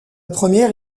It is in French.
première